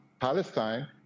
Palestine